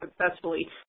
successfully